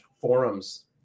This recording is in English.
forums